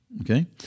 Okay